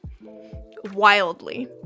Wildly